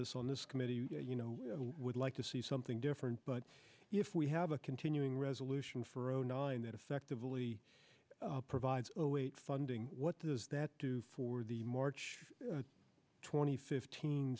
us on this committee you know would like to see something different but if we have a continuing resolution for zero nine that effectively provides a weight funding what does that do for the march twenty fift